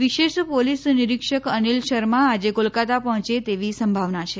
વિશેષ પોલીસ નિરીક્ષક અનિલ શર્મા આજે કોલકાતા પહોંચે તેવી સંભાવના છે